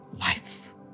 life